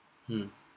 mm